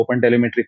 OpenTelemetry